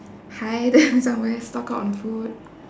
hide somewhere stock up on food